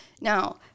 Now